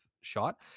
shot